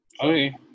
okay